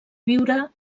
viure